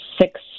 six